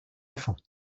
enfants